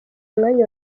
mwanya